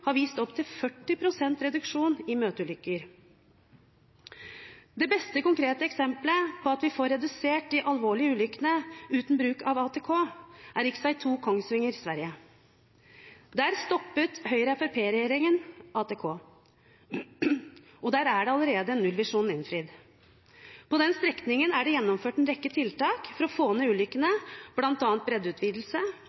har vist opptil 40 pst. reduksjon i møteulykker. Det beste konkrete eksemplet på at vi får redusert de alvorlige ulykkene uten bruk av ATK, er rv. 2 Kongsvinger–Sverige. Der stoppet Høyre–Fremskrittsparti-regjeringen ATK, og der er allerede nullvisjonen innfridd. På den strekningen er det gjennomført en rekke tiltak for å få ned ulykkene,